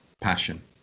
passion